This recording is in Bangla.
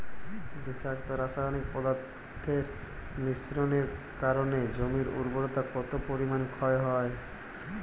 বিষাক্ত রাসায়নিক পদার্থের মিশ্রণের কারণে জমির উর্বরতা কত পরিমাণ ক্ষতি হয়?